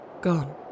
gone